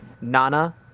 Nana